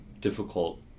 difficult